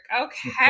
Okay